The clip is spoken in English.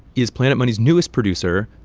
is planet money's newest producer,